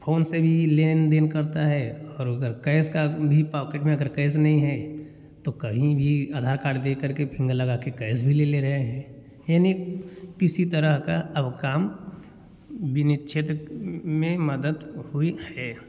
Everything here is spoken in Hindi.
फोन से भी लेन देन करता है और अगर कएस का भी पॉकेट में अगर कएस नहीं है तो कहीं भी आधार कार्ड देकर के फिंगर लगाके कएस भी ले ले रहे हैं यानी किसी तरह का अब काम बिनी क्षेत्र में मदद हुई है